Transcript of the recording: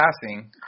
passing